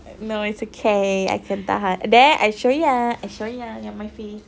no it's okay I can tahan there I show you I show you ya my face